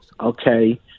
okay